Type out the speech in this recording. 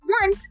one